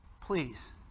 Please